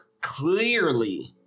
clearly